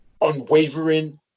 unwavering